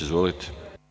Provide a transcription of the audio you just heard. Izvolite.